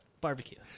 barbecue